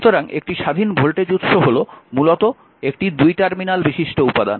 সুতরাং একটি স্বাধীন ভোল্টেজ উৎস হল মূলত একটি দুই টার্মিনাল বিশিষ্ট উপাদান